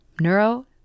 neuro